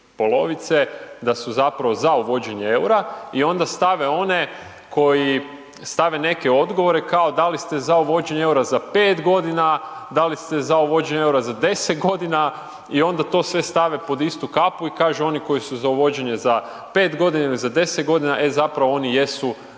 da su zapravo za uvođenje eura i onda stave one koji stave neke odgovore kao da li ste za uvođenje eura za 5 g., da li ste za uvođenje eura za 10 g. i onda to sve stave pod istu kapu i kažu oni koji su za uvođenje za 5 g. ili za 10 g., e zapravo oni jesu